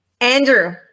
Andrew